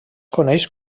coneix